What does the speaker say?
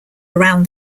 around